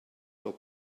will